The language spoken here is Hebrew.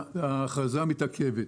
ההכרזה מתעכבת.